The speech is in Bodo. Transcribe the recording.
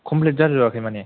कमप्लित जाजोबाखै माने